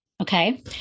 okay